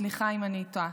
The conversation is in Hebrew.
סליחה אם אני טועה.